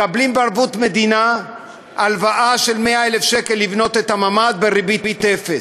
מקבלים בערבות מדינה הלוואה של 100,000 שקל לבנות את הממ"ד בריבית אפס,